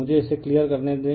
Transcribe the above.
मुझे इसे क्लियर करने दो